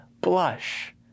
blush